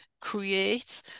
create